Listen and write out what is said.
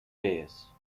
bears